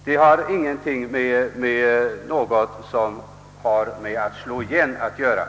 Det har ingenting att göra med att slå tillbaka,